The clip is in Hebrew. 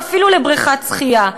ואפילו לבריכת שחייה.